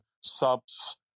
subs